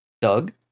Doug